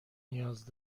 نیاز